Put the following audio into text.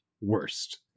Worst